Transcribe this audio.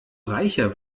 reicher